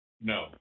No